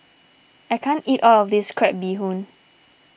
I can't eat all of this Crab Bee Hoon